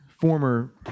former